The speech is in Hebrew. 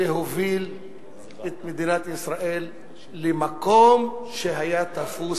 להוביל את מדינת ישראל למקום שהיה תפוס